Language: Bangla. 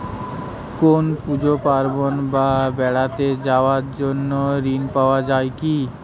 কোনো পুজো পার্বণ বা বেড়াতে যাওয়ার জন্য ঋণ পাওয়া যায় কিনা?